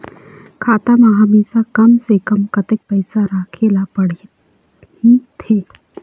खाता मा हमेशा कम से कम कतक पैसा राखेला पड़ही थे?